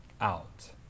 out